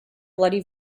bloody